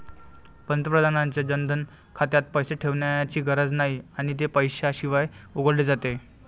पंतप्रधानांच्या जनधन खात्यात पैसे ठेवण्याची गरज नाही आणि ते पैशाशिवाय उघडले जाते